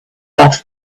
off